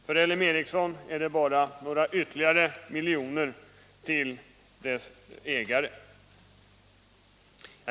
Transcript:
För LM Ericsson är det bara några ytterligare miljoner till dess ägare.